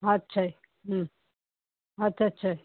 ਅੱਛਾ ਜੀ ਅੱਛਾ ਅੱਛਾ ਜੀ